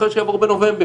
אחרי שיעבור בנובמבר.